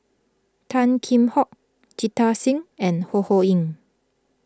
Tan Kheam Hock Jita Singh and Ho Ho Ying